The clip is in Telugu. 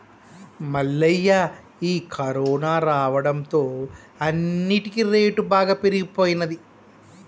మల్లయ్య ఈ కరోనా రావడంతో అన్నిటికీ రేటు బాగా పెరిగిపోయినది